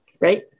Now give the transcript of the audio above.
right